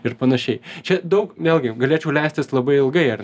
ir panašiai čia daug vėlgi galėčiau leistis labai ilgai ar